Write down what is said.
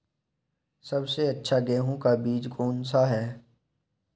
सबसे अच्छा गेहूँ का बीज कौन सा है?